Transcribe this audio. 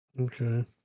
Okay